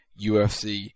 UFC